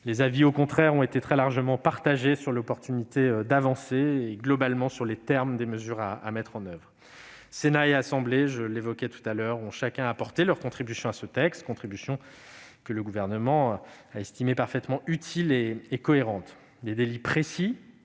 Les avis, au contraire, ont été très largement partagés sur l'opportunité d'avancer et, globalement, sur les termes des mesures à mettre en oeuvre. Sénat et Assemblée nationale ont chacun apporté leur contribution à ce texte, contribution que le Gouvernement a estimée parfaitement utile et cohérente